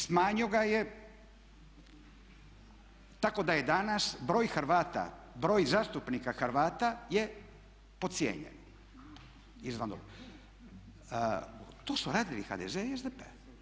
Smanjio ga je tako da je danas broj Hrvata, broj zastupnika Hrvata je podcijenjen izvan … To su radili HDZ i SDP.